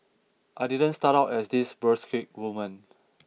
I didn't start out as this burlesque woman